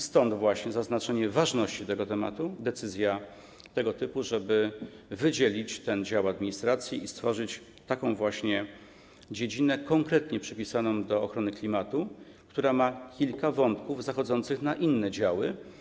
Stąd właśnie zaznaczenie ważności tego tematu, decyzja tego typu, żeby wydzielić ten dział administracji i stworzyć taką właśnie dziedzinę konkretnie przypisaną ochronie klimatu, choć jest tu kilka wątków zachodzących na inne działy.